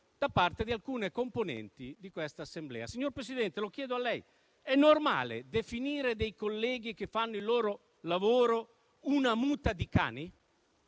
da parte di alcune componenti di questa Assemblea. Signor Presidente, chiedo a lei se sia normale definire dei colleghi che fanno il loro lavoro una muta di cani.